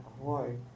award